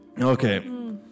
Okay